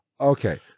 Okay